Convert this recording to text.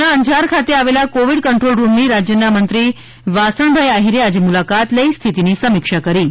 કચ્છના અંજાર ખાતે આવેલા કોવિડ કંટ્રોલ રૂમની રાજ્યના મંત્રી વાસણભાઈ આહિરે આજે મુલાકાત લઈ સ્થિતિ ની સમિક્ષા કરી હતી